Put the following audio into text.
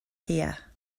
here